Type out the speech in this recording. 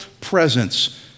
presence